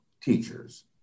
teachers